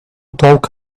talk